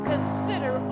Consider